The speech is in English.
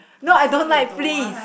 no I don't like fleas